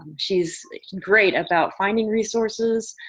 she's great about finding resources,